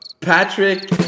Patrick